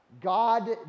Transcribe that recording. God